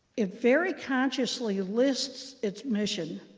it very consciously lists its mission,